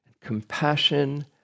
compassion